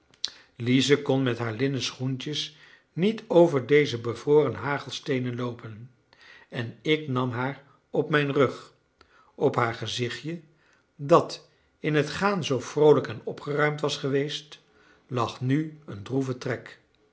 lize kon met haar linnen schoentjes niet over deze bevroren hagelsteenen loopen en ik nam haar op mijn rug op haar gezichtje dat in het gaan zoo vroolijk en opgeruimd was geweest lag nu een droeve trek